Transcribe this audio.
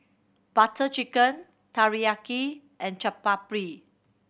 Butter Chicken Teriyaki and Chaat Papri